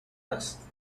است